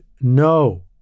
no